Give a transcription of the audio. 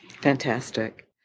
Fantastic